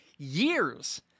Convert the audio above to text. years